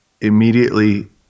immediately